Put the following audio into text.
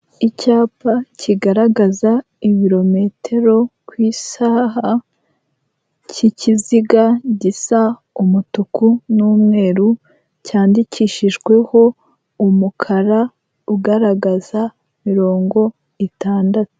Icyapa kigaragaza ibirometero ku isaha, cy'ikiziga gisa umutuku n'umweru, cyandikishijweho umukara ugaragaza mirongo itandatu.